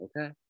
Okay